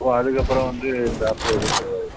ஓ அதுக்கப்புறம் வந்து இந்த ஆஃபர் எதுவும் கிடையாது